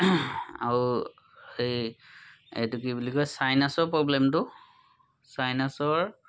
আৰু এইটো কি বুলি কয় চাইনাছৰ প্ৰব্লেমটো চাইনাছৰ